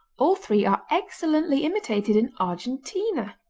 all three are excellently imitated in argentina.